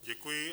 Děkuji.